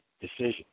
decision